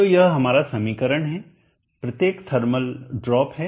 तो यह हमारा समीकरण है प्रत्येक थर्मल ड्रॉप है